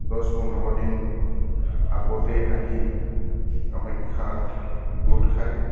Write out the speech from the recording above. দছ পোন্ধৰ দিন আগতেই আহি কামাখ্যাত গোট খায়